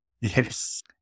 Yes